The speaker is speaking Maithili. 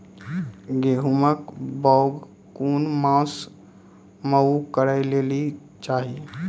गेहूँमक बौग कून मांस मअ करै लेली चाही?